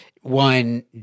one